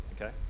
okay